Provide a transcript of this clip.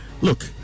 look